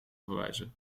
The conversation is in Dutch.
verwijzen